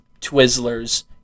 Twizzlers